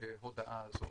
ההודעה הזאת.